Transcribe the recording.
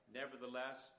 nevertheless